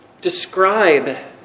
describe